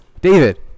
David